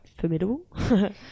formidable